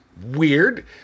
weird